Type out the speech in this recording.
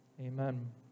Amen